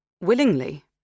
willingly